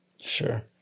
Sure